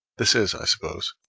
this is, i suppose,